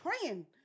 praying